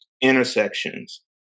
intersections